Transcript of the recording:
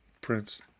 Prince